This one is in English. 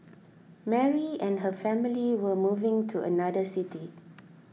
Mary and her family were moving to another city